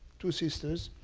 two sisters.